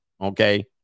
Okay